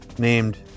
named